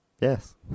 Yes